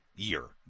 year